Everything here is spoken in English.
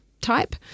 type